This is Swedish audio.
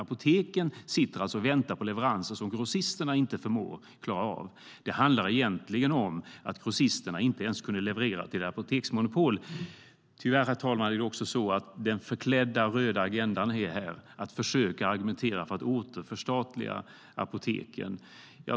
Apoteken väntar alltså på leverans som grossisterna inte klarar av. Faktum är att grossisterna inte ens kunde leverera till apoteksmonopolet. Herr talman! Tyvärr är den förklädda röda agendan att försöka argumentera för att återförstatliga apoteken.